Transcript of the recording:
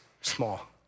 small